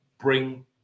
bring